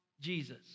Jesus